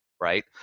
right